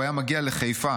הוא היה מגיע לחיפה,